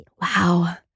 Wow